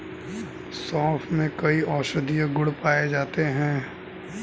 सोंफ में कई औषधीय गुण पाए जाते हैं